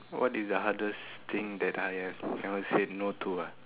what is the hardest thing that I have ever said no to ah